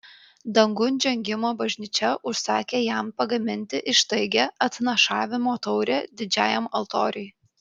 dangun žengimo bažnyčia užsakė jam pagaminti ištaigią atnašavimo taurę didžiajam altoriui